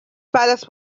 palace